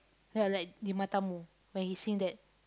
ya like Di Matamu when he sing that